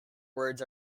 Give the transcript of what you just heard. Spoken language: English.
words